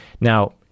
Now